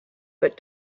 but